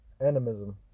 animism